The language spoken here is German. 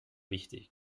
wichtig